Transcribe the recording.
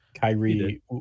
Kyrie